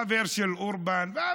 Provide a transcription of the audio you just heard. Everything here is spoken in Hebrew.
חבר הכנסת סלאח סעד.